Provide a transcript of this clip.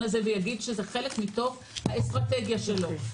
הזה ויגיד שזה חלק מתוך האסטרטגיה שלו.